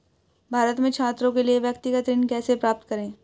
भारत में छात्रों के लिए व्यक्तिगत ऋण कैसे प्राप्त करें?